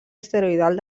asteroidal